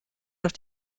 noch